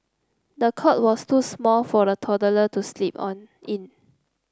the cot was too small for the toddler to sleep on in